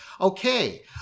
Okay